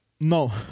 No